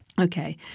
Okay